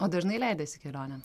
o dažnai leidiesi kelionėn